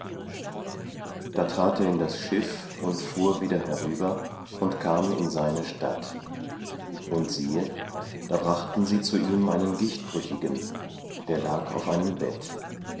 da trat er in das schiff und fuhr wieder herüber und kam in seine stadt und siehe da brachten sie zu ihm einen gichtbrüchigen der lag auf einem bett